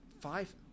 five